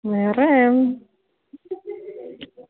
വേറെ